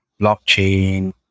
blockchain